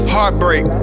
Heartbreak